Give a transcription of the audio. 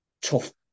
Tough